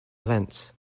events